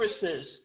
services